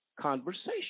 conversation